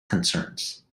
concerns